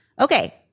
Okay